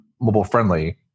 mobile-friendly